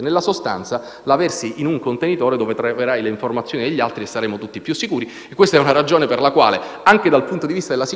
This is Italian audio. nella sostanza, la versi in un contenitore dove troverai le informazioni degli altri e, quindi, saremo tutti più sicuri. Questa è una ragione per la quale, anche dal punto di vista della sicurezza,